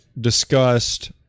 discussed